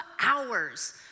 hours